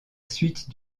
suite